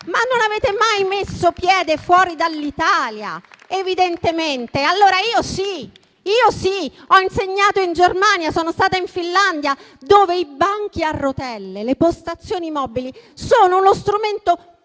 Ma non avete mai messo piede fuori dall'Italia, evidentemente? Io sì. Ho insegnato in Germania e sono stata in Finlandia, dove i banchi a rotelle, le postazioni mobili, sono uno strumento principe